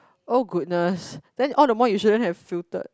oh goodness then all the more you shouldn't have filtered